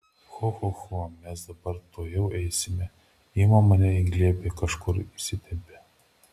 cho cho cho mes dabar tuojau eisime ima mane į glėbį kažkur išsitempia